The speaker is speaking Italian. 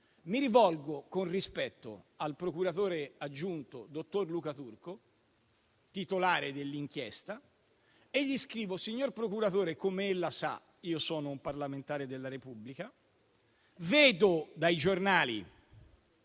mi rivolgo con rispetto al procuratore aggiunto, dottor Luca Turco, titolare dell'inchiesta. Gli scrivo qualcosa del seguente tenore: signor procuratore, come ella sa io sono un parlamentare della Repubblica, vedo dai giornali